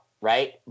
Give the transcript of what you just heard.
right